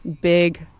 big